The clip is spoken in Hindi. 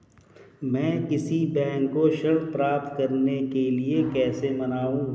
मैं किसी बैंक को ऋण प्राप्त करने के लिए कैसे मनाऊं?